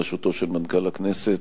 בראשותו של מנכ"ל הכנסת.